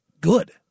good